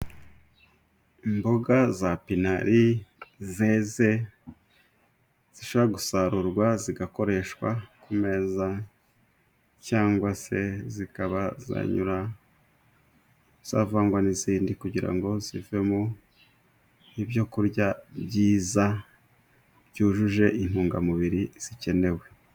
Imboga za pinari zeze zishobora gusarurwa zigakoreshwa ku meza cyangwa se zikaba zanyura, zavangwa n'izindi kugira ngo zivemo ibyo kurya byiza byujuje intungamubiri zikenewe.